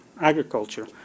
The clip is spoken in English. agriculture